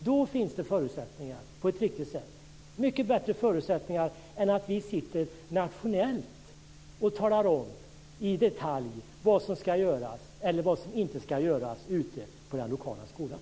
Då finns det förutsättningar på ett riktigt sätt, mycket bättre förutsättningar än om vi nationellt talar om i detalj vad som ska göras eller inte göras ute på den lokala skolan.